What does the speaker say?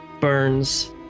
burns